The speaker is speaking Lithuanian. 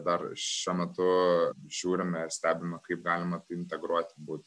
dar šiuo metu žiūrime ir stebime kaip galima tai integruoti būt